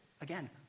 again